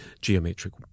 geometric